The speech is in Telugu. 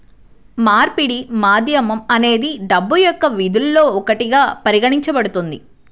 మార్పిడి మాధ్యమం అనేది డబ్బు యొక్క విధుల్లో ఒకటిగా పరిగణించబడుతుంది